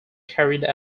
carried